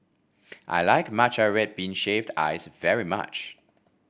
I like Matcha Red Bean Shaved Ice very much